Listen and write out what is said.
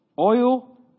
Oil